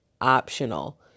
optional